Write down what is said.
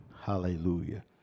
Hallelujah